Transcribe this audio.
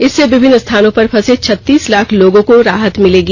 इससे विभिन्न स्थानों पर फंसे छत्तीस लाख लोगों को राहत मिलेगी